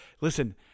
Listen